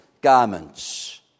garments